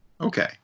Okay